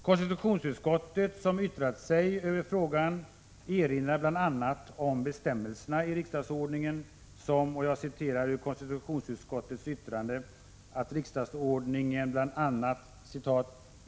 Konstitutionsutskottet, som yttrat sig i frågan, erinrar bl.a. om bestämmelserna i riksdagsordningen och skriver att riksdagsordningen ”bl.a.